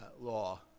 law